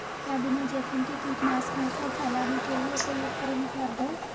क्या बिना जोखिम के कीटनाशकों को फैलाने के लिए कोई उपकरण उपलब्ध है?